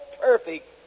perfect